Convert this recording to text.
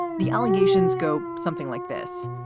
the allegations go something like this.